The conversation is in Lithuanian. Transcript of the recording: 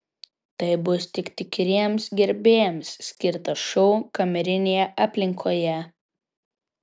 tai bus tik tikriems gerbėjams skirtas šou kamerinėje aplinkoje